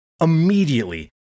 immediately